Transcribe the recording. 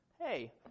Hey